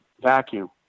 vacuum